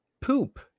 Poop